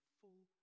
full